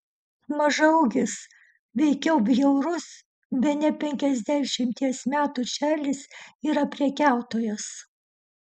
mažaūgis veikiau bjaurus bene penkiasdešimties metų čarlis yra prekiautojas